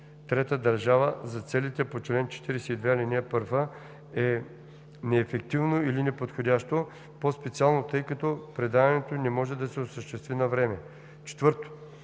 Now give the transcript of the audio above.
третата държава за целите по чл. 42, ал. 1, е неефективно или неподходящо, по-специално, тъй като предаването не може да се осъществи навреме;